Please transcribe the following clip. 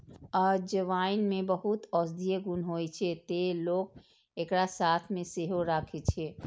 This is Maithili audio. अजवाइन मे बहुत औषधीय गुण होइ छै, तें लोक एकरा साथ मे सेहो राखै छै